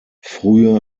frühe